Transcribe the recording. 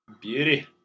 Beauty